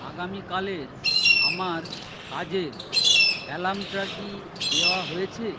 আগামীকালের আমার কাজের অ্যালার্মটা কি দেওয়া হয়েছে